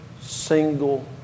single